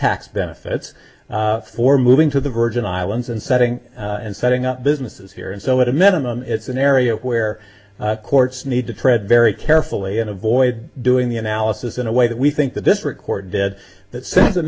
tax benefits for moving to the virgin islands and setting and setting up businesses here and so at a minimum it's an area where courts need to tread very carefully and avoid doing the analysis in a way that we think that this record dead that sends a